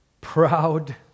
proud